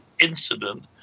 incident